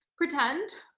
pretend?